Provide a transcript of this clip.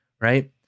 right